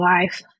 life